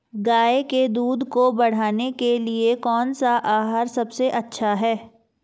गाय के दूध को बढ़ाने के लिए कौनसा आहार सबसे अच्छा है?